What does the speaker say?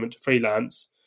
freelance